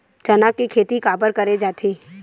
चना के खेती काबर करे जाथे?